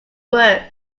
worst